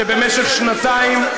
שבמשך שנתיים,